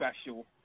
special